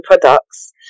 products